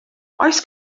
oes